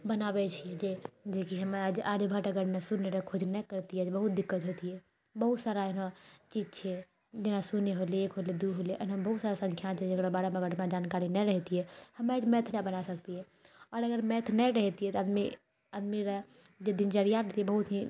बनाबैत छियै जे जेकि हमरा आज आर्यभट्ट अगर शून्यर खोज नहि करतियै तऽ बहुत दिक्कत होतियै बहुत सारा एहनो चीज छियै जेना शून्य होलय एक होलय दू होलय एहना बहुत सारा सङ्ख्या छै जकरा बारेमे अगर हमरा जानकारी नहि रहतियै हम आज मैथ नहि बना सकतियै आओर अगर मैथ नहि रहतियै तऽ आदमी आदमीर जे दिनचर्या रहतियै बहुत ही